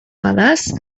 pedaç